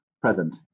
present